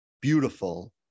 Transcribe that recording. beautiful